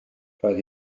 roedd